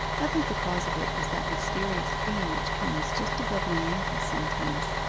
i think the cause of it is that mysterious pain which comes just above my ankle sometimes.